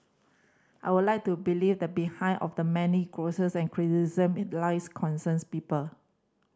I would like to believe the behind of the many grouses and criticism in the lies concerns people